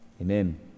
Amen